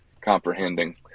comprehending